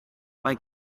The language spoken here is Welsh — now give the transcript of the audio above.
mae